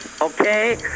okay